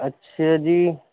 اچھا جی